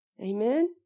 Amen